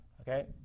okay